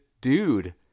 dude